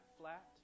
flat